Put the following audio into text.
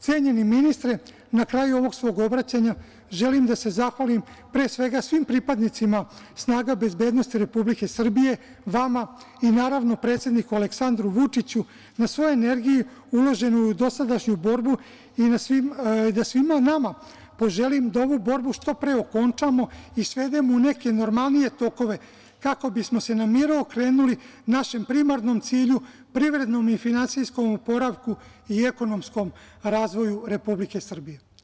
Cenjeni ministre, na kraju svog obraćanja želim da se zahvalim svim pripadnicima snaga bezbednosti Republike Srbije, vama i, naravno, predsedniku Aleksandru Vučiću na svoj energiji uloženoj u dosadašnju borbi i da svima nama poželim da ovu borbu što pre okončamo i svedemo u neke normalnije tokove, kako bismo se na miru okrenuli našem primarnom cilju - privrednom i finansijskom oporavku i ekonomskom razvoju Republike Srbije.